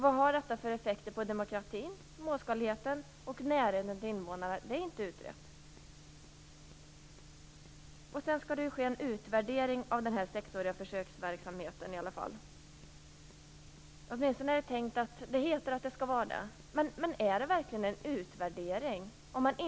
Vad har detta för effekter på demokratin, småskaligheten och närheten till invånarna? Det är inte utrett. Sedan skall det i alla fall ske en utvärdering av den sexåriga försöksverksamheten. Men är det verkligen en utvärdering?